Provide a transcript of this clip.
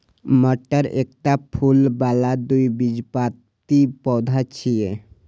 मटर एकटा फूल बला द्विबीजपत्री पौधा छियै